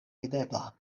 videbla